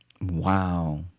Wow